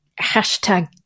hashtag